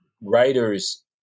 writers